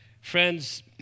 friends